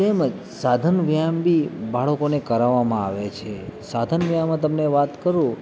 તેમજ સાધન વ્યાયામ બી બાળકોને કરાવવામાં આવે છે સાધન વ્યાયામમાં તમને વાત કરું